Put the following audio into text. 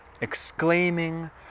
exclaiming